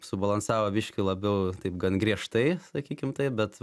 subalansavo biškį labiau taip gan griežtai sakykim taip bet